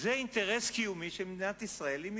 זה אינטרס קיומי של מדינת ישראל אם היא